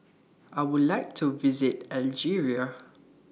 I Would like to visit Algeria